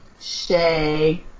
Shay